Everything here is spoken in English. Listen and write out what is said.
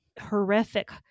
horrific